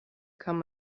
kann